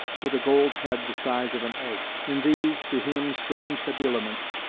with a gold head the size of an egg. in these, to him, strange habiliments,